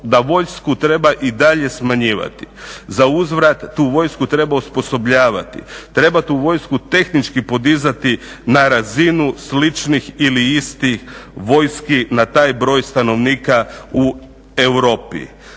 da vojsku treba i dalje smanjivati, za uzvrat tu vojsku treba osposobljavati, treba tu vojsku tehnički podizati na razinu sličnih ili istih vojski na taj broj stanovnika u Europi.